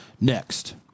Next